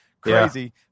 crazy